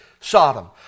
Sodom